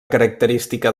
característica